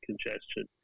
congestion